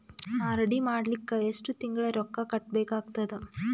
RD ಮಾಡಲಿಕ್ಕ ಎಷ್ಟು ತಿಂಗಳ ರೊಕ್ಕ ಕಟ್ಟಬೇಕಾಗತದ?